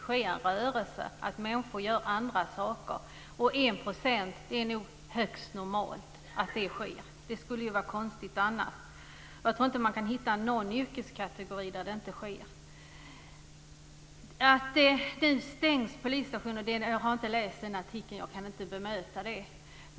ske en rörelse, att människor gör andra saker. 1 % är nog högst normalt. Det skulle vara konstigt annars. Jag tror inte man kan hitta någon yrkeskategori där det inte sker. Jag har inte läst artikeln om att polisstationer ska stängas. Jag kan inte bemöta det.